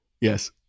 Yes